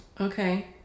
Okay